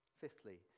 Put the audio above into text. Fifthly